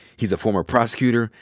he's a former prosecutor,